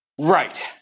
Right